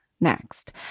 next